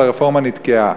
אבל הרפורמה נתקעה,